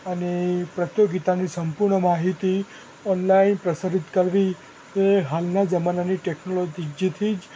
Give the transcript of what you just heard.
અને પ્રતિયોગિતાની સંપૂર્ણ માહિતી ઑનલાઇન પ્રસારિત કરવી તે હાલના જમાનાની ટેકનોલોજી જીથી જ